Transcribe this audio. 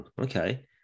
okay